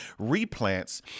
replants